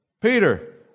Peter